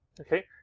okay